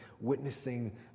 witnessing